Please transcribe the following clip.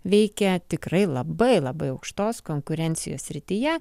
veikia tikrai labai labai aukštos konkurencijos srityje